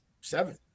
seven